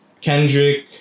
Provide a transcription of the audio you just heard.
Kendrick